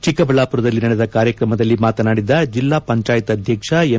ಚಿಕ್ಕಬಳ್ಳಾಪುರದಲ್ಲಿ ನಡೆದ ಕಾರ್ಯಕ್ರಮದಲ್ಲಿ ಮಾತನಾಡಿದ ಜಿಲ್ಲಾ ಪಂಚಾಯತ್ ಅಧ್ಯಕ್ಷ ಎಂ